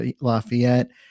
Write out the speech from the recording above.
Lafayette